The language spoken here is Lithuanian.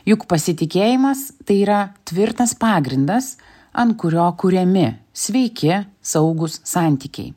juk pasitikėjimas tai yra tvirtas pagrindas an kurio kuriami sveiki saugūs santykiai